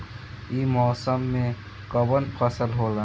ई मौसम में कवन फसल होला?